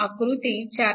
आकृती 4